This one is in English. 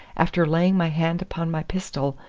after laying my hand upon my pistol,